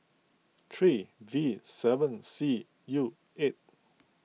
three V seven C U eight